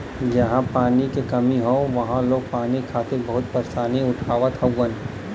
जहां पानी क कमी हौ वहां लोग पानी खातिर बहुते परेशानी उठावत हउवन